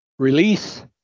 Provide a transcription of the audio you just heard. release